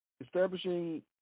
establishing